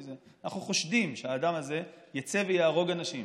אנחנו חושדים שהאדם הזה יצא ויהרוג אנשים.